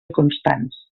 constants